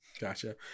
Gotcha